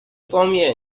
方面